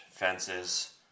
Fences